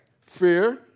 Fear